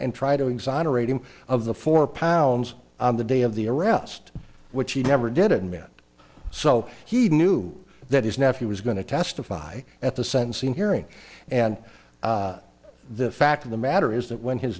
and try to exonerate him of the four pounds on the day of the arrest which he never did admit so he knew that his nephew was going to testify at the sentencing hearing and the fact of the matter is that when his